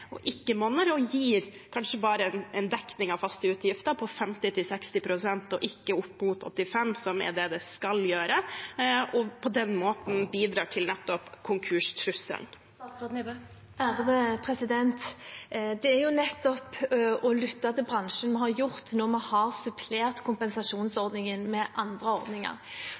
og ikke monner, og kanskje bare gir en dekning av faste utgifter på 50–60 pst., og ikke opp mot 85 pst., som er det de skal gjøre, og på den måten bidrar til nettopp konkurstrusselen? Det er jo nettopp å lytte til bransjen vi har gjort når vi har supplert kompensasjonsordningen med andre ordninger.